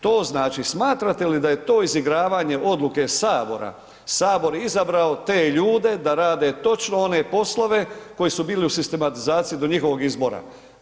To znači smatrate li da je to izigravanje odluke sabora, sabor izabrao te ljude da rade točno one poslove koji su bili u sistematizaciji do njihovog izbora.